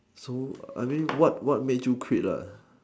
so I mean what what made you quit lah